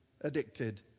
addicted